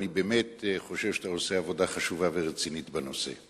אני באמת חושב שאתה עושה עבודה חשובה ורצינית בנושא.